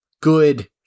good